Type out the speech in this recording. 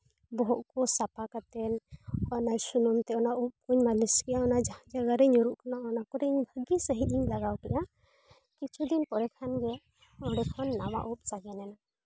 ᱵᱚᱦᱚᱜ ᱠᱚ ᱥᱟᱯᱟ ᱠᱟᱛᱮᱫ ᱚᱱᱟ ᱥᱩᱱᱩᱢ ᱛᱮ ᱚᱱᱟ ᱩᱵ ᱤᱧ ᱢᱟᱹᱞᱤᱥ ᱠᱮᱫᱟ ᱚᱱᱟ ᱡᱟᱦᱟᱸ ᱡᱟᱭᱜᱟ ᱨᱮ ᱧᱩᱨᱩᱜ ᱠᱟᱱᱟ ᱚᱱᱟ ᱠᱚᱨᱮ ᱵᱷᱟᱹᱜᱤ ᱥᱟᱺᱦᱤᱡ ᱤᱧ ᱞᱟᱜᱟᱣ ᱠᱮᱫᱟ ᱠᱤᱪᱷᱩ ᱫᱤᱱ ᱯᱚᱨᱮ ᱠᱷᱟᱱ ᱜᱮ ᱚᱸᱰᱮ ᱠᱷᱚᱱ ᱱᱟᱣᱟ ᱩᱵ ᱥᱟᱜᱮᱱᱮᱱᱟ